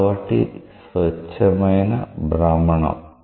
కాబట్టి ఇది స్వచ్ఛమైన భ్రమణం